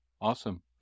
Awesome